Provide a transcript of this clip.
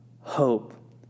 hope